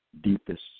deepest